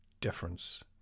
difference